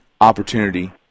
opportunity